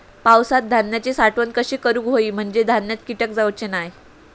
पावसात धान्यांची साठवण कशी करूक होई म्हंजे धान्यात कीटक जाउचे नाय?